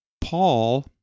Paul